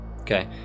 Okay